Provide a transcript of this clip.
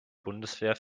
bundeswehr